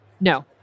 No